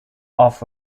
off